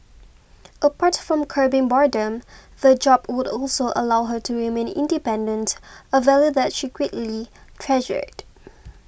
apart from curbing boredom the job would also allow her to remain independent a value that she greatly treasured